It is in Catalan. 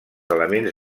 elements